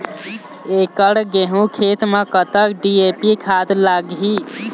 एकड़ गेहूं खेत म कतक डी.ए.पी खाद लाग ही?